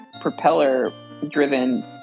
propeller-driven